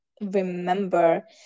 remember